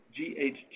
GHG